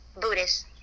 Buddhist